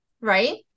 right